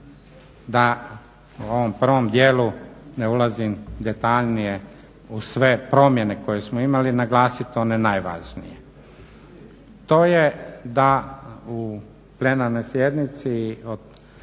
da u ovom prvom dijelu ne ulazim detaljnije u sve promjene koje smo imali, naglasit one najvažnije. To je da u plenarnoj sjednici